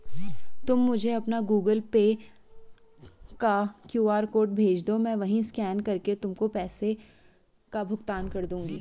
तुम मुझे अपना गूगल पे का क्यू.आर कोड भेजदो, मैं वहीं स्कैन करके तुमको पैसों का भुगतान कर दूंगी